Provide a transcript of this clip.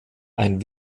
ein